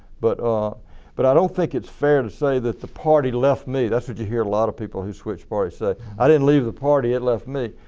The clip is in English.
but ah but i don't think it's fair to say that the party left me that's what you hear a lot of people who switched parties say i didn't leave the party, it left me.